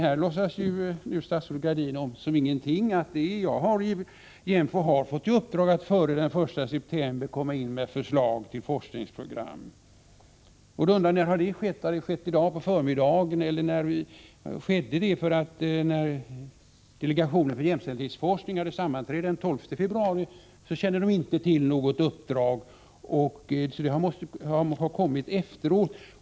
Här låtsas statsrådet Gradin om ingenting och säger att JÄMFO har fått i uppdrag att före den 1 september komma in med ett förslag till forskningsprogram. När har det skett? Har det skett i dag på förmiddagen? När delegationen för jämställdhetsforskning hade sammanträde den 12 februari kände man inte till något uppdrag. Det måste ha lämnats senare.